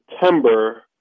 September